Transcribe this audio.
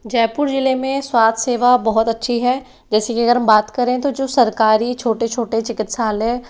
जयपुर ज़िले में स्वास्थ्य सेवा बहुत अच्छी है जैसे कि अगर हम बात करें तो जो सरकारी छोटे छोटे चिकित्सालय